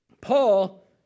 Paul